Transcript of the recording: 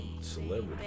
celebrity